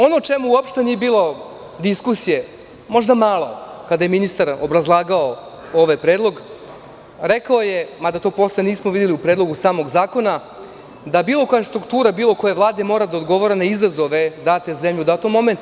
Ono o čemu uopšte nije bilo diskusije, možda malo kada je ministar obrazlagao ovaj predlog, rekao je, mada to posle nismo videli u predlogu samog zakona, da bilo koja struktura bilo koje vlade mora da odgovara na izazove date zemlje u datom momentu.